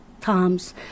times